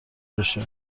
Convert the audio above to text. بشه